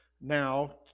now